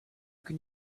can